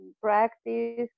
practice